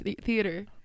theater